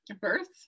birth